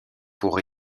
pour